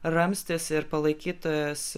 ramstis ir palaikytojas